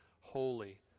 holy